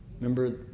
remember